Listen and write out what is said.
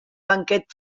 banquet